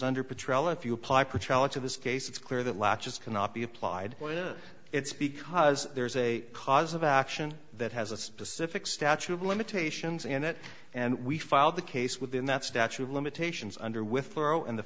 under patrol if you apply particular to this case it's clear that latches cannot be applied it's because there is a cause of action that has a specific statute of limitations in it and we filed the case within that statute of limitations under with